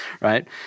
right